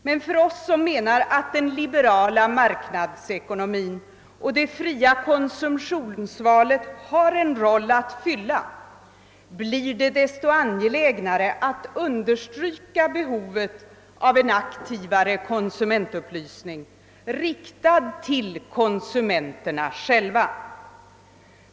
Men för oss som menar att den liberala marknadsekonomin och det fria konsumtionsvalet har en roll att spela blir det desto angelägnare att understryka behovet av en aktivare konsumentupplysning, riktad till konsumenterna själva.